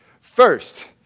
First